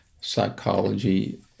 psychology